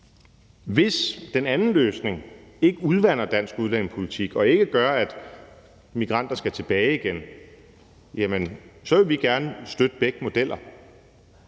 Hvis den anden løsning ikke udvander dansk udlændingepolitik og ikke gør, at migranter skal tilbage igen, vil vi gerne støtte begge modeller.